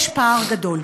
יש פער גדול.